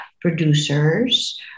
producers